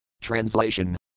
Translation